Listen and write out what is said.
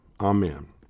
amen